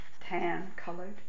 tan-colored